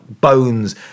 bones